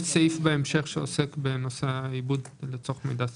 יש סעיף בהמשך שעוסק בנושא העיבוד לצורך מידע סטטיסטי.